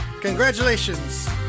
Congratulations